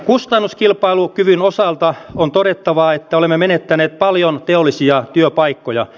kustannuskilpailukyvyn osalta on todettava että olemme menettäneet paljon teollisia työpaikkoja